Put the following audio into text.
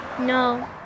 No